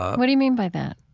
what do you mean by that?